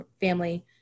family